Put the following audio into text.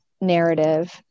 narrative